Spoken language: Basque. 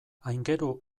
aingeru